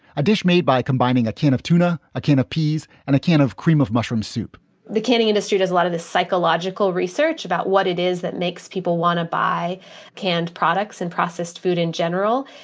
a dish made by combining a can of tuna, a can of peas and a can of cream of mushroom soup the canning industry does a lot of the psychological research about what it is that makes people want to buy canned products and processed food in general.